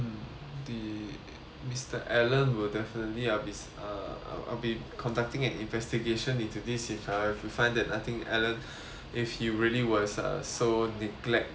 mister alan will definitely I'll uh I'll be conducting an investigation into this if I we find that I think alan if he really was uh so neglectful and uh